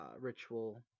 ritual